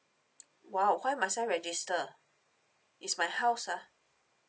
!wow! why must I register it's my house ah